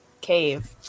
cave